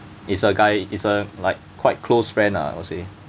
is a guy is a like quite close friend ah I would say